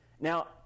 Now